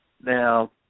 Now